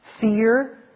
Fear